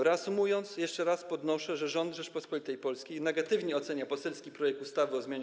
Reasumując, jeszcze raz podnoszę, że rząd Rzeczypospolitej Polskiej negatywnie ocenia poselski projekt ustawy o zmianie